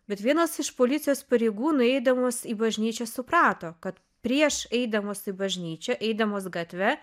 bet vienas iš policijos pareigūnų eidamas į bažnyčią suprato kad prieš eidamos į bažnyčią eidamos gatve